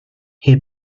who